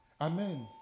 Amen